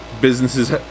businesses